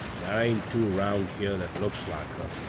thar ain't two round here that looks like her.